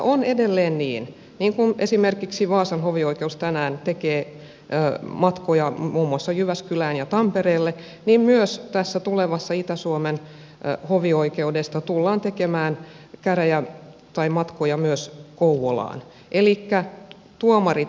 on edelleen niin että kun esimerkiksi vaasan hovioikeus tänään tekee matkoja muun muassa jyväskylään ja tampereelle niin myös tästä tulevasta itä suomen hovioikeudesta tullaan tekemään matkoja myös kouvolaan elikkä tuomarit saavat liikkua